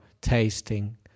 tasting